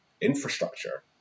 infrastructure